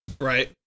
Right